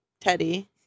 teddy